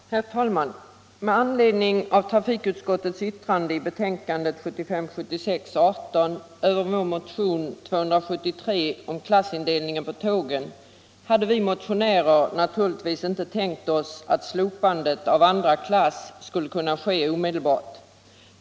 Herr talman! Med anledning av trafikutskottets yttrande i betänkandet 1975/76:18 över vår motion 273 om klassindelningen på tågen vill jag säga att vi motionärer naturligtvis inte tänkt oss att andra klass skulle kunna slopas omedelbart.